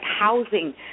housing